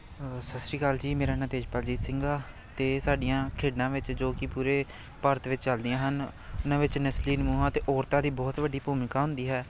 ਸਤਿ ਸ਼੍ਰੀ ਅਕਾਲ ਜੀ ਮੇਰਾ ਨਾਮ ਤੇਜਪਾਲਜੀਤ ਸਿੰਘ ਆ ਅਤੇ ਸਾਡੀਆਂ ਖੇਡਾਂ ਵਿੱਚ ਜੋ ਕਿ ਪੂਰੇ ਭਾਰਤ ਵਿੱਚ ਚੱਲਦੀਆਂ ਹਨ ਉਹਨਾਂ ਵਿੱਚ ਨਸਲੀ ਸਮੂਹਾਂ ਅਤੇ ਔਰਤਾਂ ਦੀ ਬਹੁਤ ਵੱਡੀ ਭੂਮਿਕਾ ਹੁੰਦੀ ਹੈ